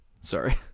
Sorry